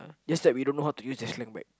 just that we don't know how to use their slang back